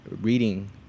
reading